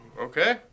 Okay